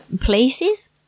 places